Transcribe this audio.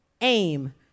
aim